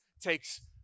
takes